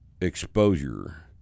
exposure